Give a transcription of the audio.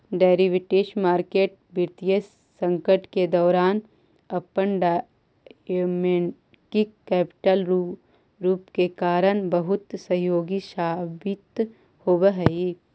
derivatives market वित्तीय संकट के दौरान अपन डायनेमिक कैपिटल रूप के कारण बहुत सहयोगी साबित होवऽ हइ